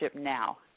now